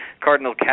Cardinal